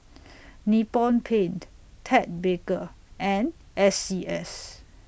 Nippon Paint Ted Baker and S C S